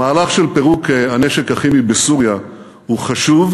המהלך של פירוק הנשק הכימי בסוריה הוא חשוב,